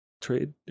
Trade